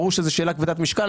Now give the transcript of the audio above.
ברור שזאת שאלה כבדת משקל.